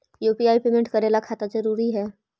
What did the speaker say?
UPI payment करे ला खाता जरूरी है?